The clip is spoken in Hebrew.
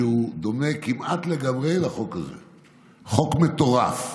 שדומה כמעט לגמרי לחוק הזה: חוק מטורף,